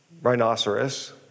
rhinoceros